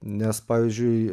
nes pavyzdžiui